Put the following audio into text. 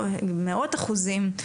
מאות אחוזים,